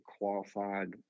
qualified